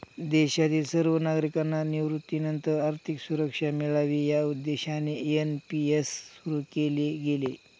देशातील सर्व नागरिकांना निवृत्तीनंतर आर्थिक सुरक्षा मिळावी या उद्देशाने एन.पी.एस सुरु केले गेले